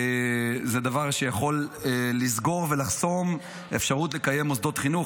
הוא דבר שיכול לסגור ולחסום אפשרות לקיים מוסדות חינוך,